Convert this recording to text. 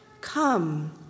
Come